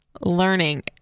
learning